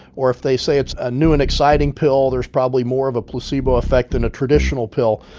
or if they say it's a new and exciting pill, there's probably more of a placebo effect than a traditional pill.